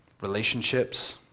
Relationships